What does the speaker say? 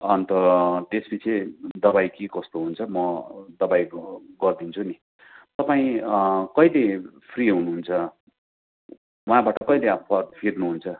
अन्त त्यसपछि दबाई के कस्तो हुन्छ म तपाईँको गरिदिन्छु नि तपाईँ कहिले फ्री हुनुहुन्छ वहाँबाट कहिले फर फिर्नुहुन्छ